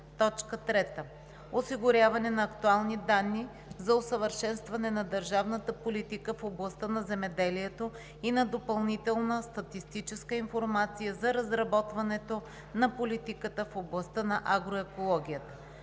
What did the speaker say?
съюз; 3. осигуряване на актуални данни за усъвършенстване на държавната политика в областта на земеделието и на допълнителна статистическа информация за разработването на политиката в областта на агроекологията;